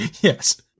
Yes